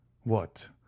What